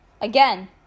Again